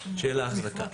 של האחזקה.